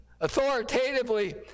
authoritatively